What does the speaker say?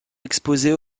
exposée